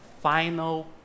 final